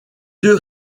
deux